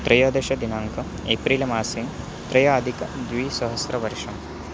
त्रयोदशदिनाङ्कः एप्रिल् मासे त्र्यधिकद्विसहस्रवर्षम्